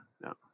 no